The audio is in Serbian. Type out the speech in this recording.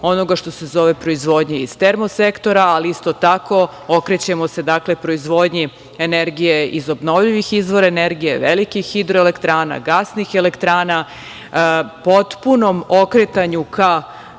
onoga što se zove proizvodnja iz termosektora, ali isto tako okrećemo se proizvodnji energije iz obnovljivih izvora energije velikih hidroelektrana, gasnih elektrana, potpunom okretanju ka